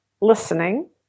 listening